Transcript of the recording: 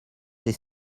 des